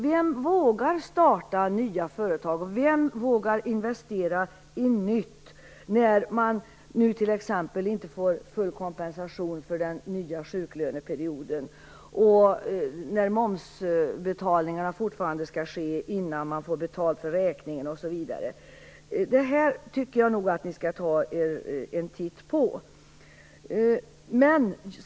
Vem vågar starta nya företag och investera i nytt när man nu t.ex. inte får full kompensation för den nya sjuklöneperioden och när momsinbetalningarna skall ske innan man har fått betalt osv. Detta tycker jag att ni skall ta er en titt på.